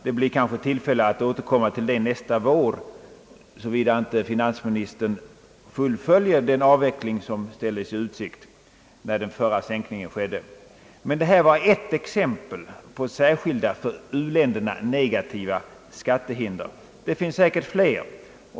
Det blir kanske anledning att återkomma till detta nästa vår, såvida inte finansministern fullföljer den avveckling som ställdes i utsikt när den förra sänkningen skedde. Men detta var ett exempel på särskilda, för u-länderna negativa skattehinder. Det finns säkert fler.